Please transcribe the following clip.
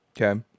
Okay